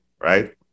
right